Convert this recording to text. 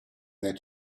that